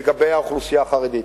לגבי האוכלוסייה החרדית.